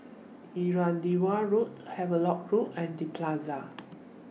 Irrawaddy Road Havelock LINK and The Plaza